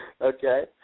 Okay